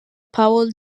powell